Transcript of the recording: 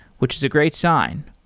which is a great sign,